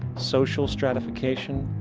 social stratification,